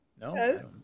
No